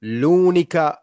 l'unica